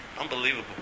unbelievable